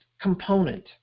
component